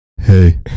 Hey